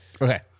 Okay